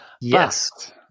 Yes